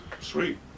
Sweet